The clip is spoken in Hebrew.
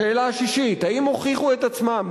השאלה השישית: האם הוכיחו את עצמם,